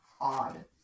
odd